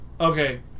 Okay